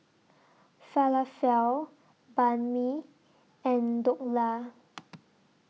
Falafel Banh MI and Dhokla